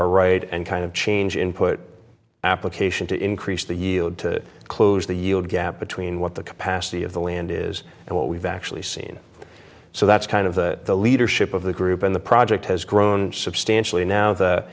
our right and kind of change input application to increase the yield to close the yield gap between what the capacity of the land is and what we've actually seen so that's kind of the leadership of the group and the project has grown substantially now